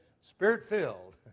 spirit-filled